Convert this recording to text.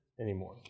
anymore